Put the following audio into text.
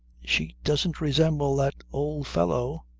she doesn't resemble that old fellow.